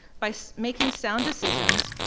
by making sound decisions,